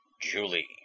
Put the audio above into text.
Julie